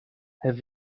have